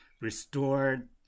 restored